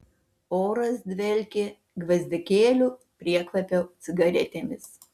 oras dvelkė gvazdikėlių priekvapio cigaretėmis